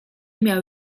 miał